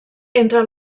entre